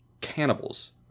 cannibals